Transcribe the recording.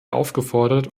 aufgefordert